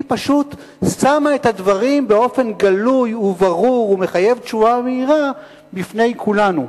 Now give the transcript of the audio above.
הוא פשוט שם את הדברים באופן ברור וגלוי ומחייב תשובה מהירה בפני כולנו.